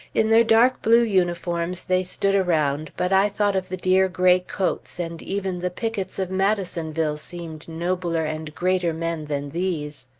in their dark blue uniforms, they stood around, but i thought of the dear gray coats, and even the pickets of madisonville seemed nobler and greater men than these.